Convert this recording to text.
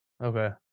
Okay